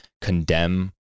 condemn